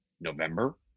November